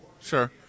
Sure